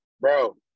Bro